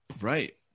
Right